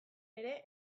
ere